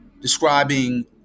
describing